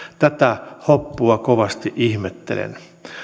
tätä hoppua kovasti ihmettelen